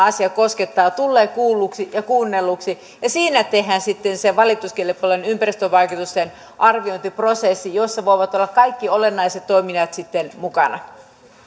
asia koskettaa tulevat kuulluiksi ja kuunnelluiksi ja siinä tehdään sitten se valituskelpoinen ympäristövaikutusten arviointiprosessi jossa voivat olla kaikki olennaiset toimijat sitten mukana